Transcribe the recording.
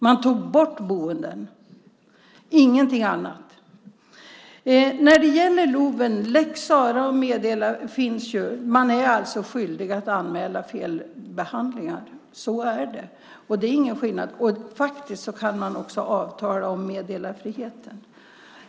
Man tog bort boenden, ingenting annat. LOV och lex Sarah finns, och man är skyldig att anmäla felbehandlingar. Så är det. Det är ingen skillnad. Faktiskt kan man också avtala om meddelarfriheten.